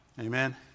Amen